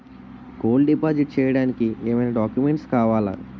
Gold deposit చేయడానికి ఏమైనా documents కావాలా?